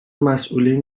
مسئولین